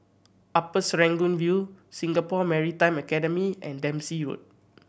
Upper Serangoon View Singapore Maritime Academy and Dempsey Road